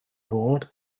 fod